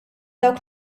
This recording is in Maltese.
dawn